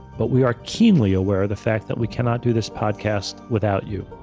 but we are keenly aware of the fact that we cannot do this podcast without you.